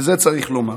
ואת זה צריך לומר,